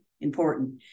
important